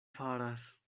faras